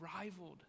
rivaled